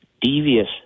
devious